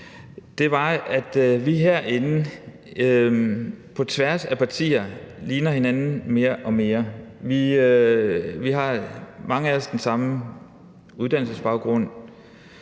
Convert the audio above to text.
er, at vi herinde på tværs af partierne ligner hinanden mere og mere. Mange af os har den samme uddannelsesbaggrund